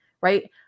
right